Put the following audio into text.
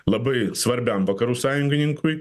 labai svarbiam vakarų sąjungininkui